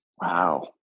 wow